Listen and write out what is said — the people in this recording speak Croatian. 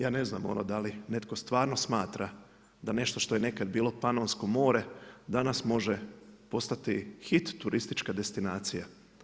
Ja ne znam ono da li netko stvarno smatra da nešto što je nekad bilo Panonsko more, danas može postati hit turistička destinacija.